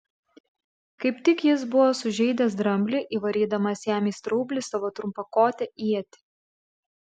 kaip tik jis buvo sužeidęs dramblį įvarydamas jam į straublį savo trumpakotę ietį